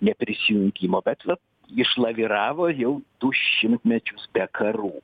neprisijungimo bet vat išlaviravo ir jau du šimtmečius be karų